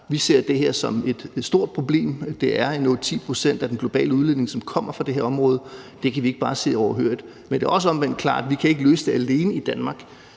vi det her som et stort problem. Det er 8-10 pct. af den globale udledning, som kommer fra det her område. Det kan vi ikke bare sidde overhørig. Men det er også omvendt klart, at vi ikke kan løse det alene i Danmark.